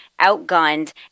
outgunned